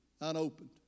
unopened